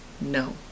no